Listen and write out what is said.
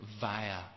via